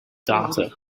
data